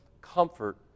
comfort